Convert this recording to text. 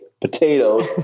potatoes